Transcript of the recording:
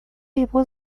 его